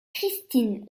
christine